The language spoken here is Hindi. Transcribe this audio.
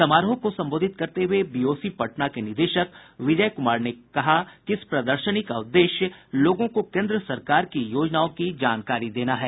समारोह को संबोधित करते हुए बीओसी पटना के निदेशक विजय कुमार ने कहा कि इस प्रदर्शनी का उद्देश्य लोगों को केन्द्र सरकार की योजनाओं की जानकारी देना है